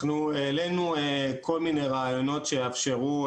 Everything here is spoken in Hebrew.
העלינו כל מיני רעיונות שיאפשרו,